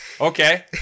Okay